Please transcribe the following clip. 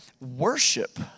worship